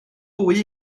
bwy